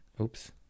oops